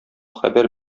хәбәр